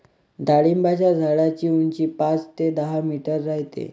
डाळिंबाच्या झाडाची उंची पाच ते दहा मीटर राहते